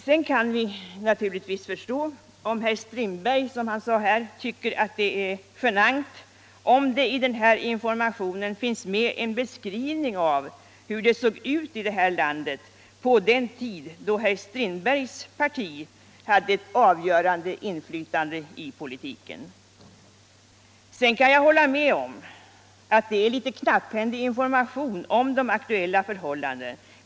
Vi kan naturligtvis förstå om herr Strindberg tycker att det är genant att det i den här informationen finns med en beskrivning av hur det såg ut i det här landet på den tid då herr Strindbergs parti hade ett avgörande inflytande i politiken. Vidare kan jag hålla med om att informationen är litet knapphändig om de aktuella förhållandena.